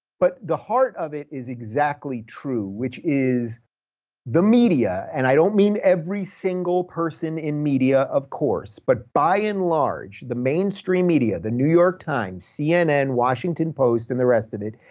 but the heart of it is exactly true, which is the media, and i don't mean every single person in media, of course, but by and large, the mainstream media, the new york times, cnn, washington post and the rest of it,